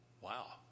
Wow